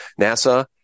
NASA